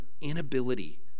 inability